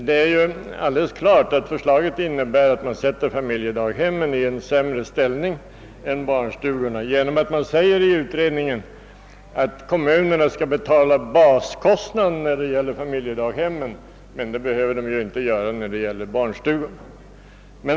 Det är alldeles klart att det nu föreliggande förslaget innebär att familjedaghemmen sätts i en sämre ställning än barnstugorna genom att utredningen anser att kommunerna skall betala baskostnaden när det gäller familjedaghemmen men inte när det gäller barnstugorna.